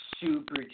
super